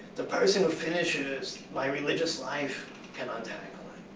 the person who finishes my religious life can untangle